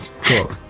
Cool